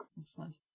Excellent